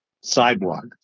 sidewalk